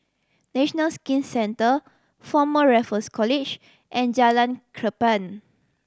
National Skin Centre Former Raffles College and Jalan Cherpen